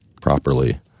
properly